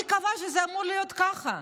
מי קבע שזה אמור להיות ככה?